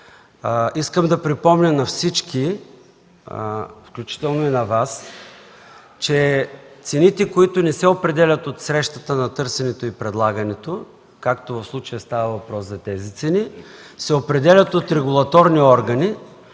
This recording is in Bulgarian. Искам да припомня на всички, включително и на Вас, че цените, които не се определят от срещата на търсенето и предлагането, както в случая става въпрос за тези цени, се определят от регулаторни органи.